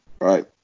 Right